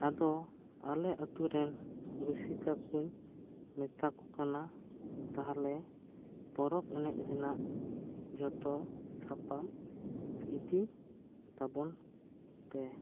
ᱟᱫᱚ ᱟᱞᱮ ᱟᱛᱳ ᱨᱮᱱ ᱨᱩᱥᱤᱠᱟ ᱠᱚᱹᱧ ᱢᱮᱛᱟᱠᱚ ᱠᱟᱱᱟ ᱛᱟᱦᱚᱞᱮ ᱯᱚᱨᱚᱵᱽ ᱮᱱᱮᱡ ᱨᱮᱱᱟᱜ ᱡᱚᱛᱚ ᱥᱟᱯᱟᱵᱽ ᱤᱫᱤ ᱛᱟᱵᱚᱱ ᱯᱮ